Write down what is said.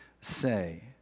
say